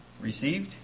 received